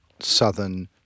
southern